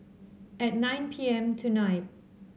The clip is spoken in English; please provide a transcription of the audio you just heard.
at nine P M tonight